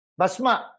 basma